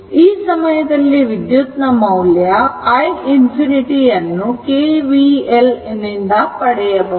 ಈ ಸಮಯದಲ್ಲಿ ವಿದ್ಯುತ್ ನ ಮೌಲ್ಯ i ∞ ಅನ್ನು KVL ನಿಂದ ಪಡೆಯಬಹುದು